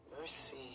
Mercy